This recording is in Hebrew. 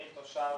אני תושב